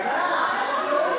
מערוף,